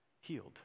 healed